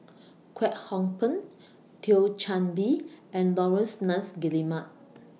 Kwek Hong Png Thio Chan Bee and Laurence Nunns Guillemard